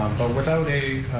without a